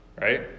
right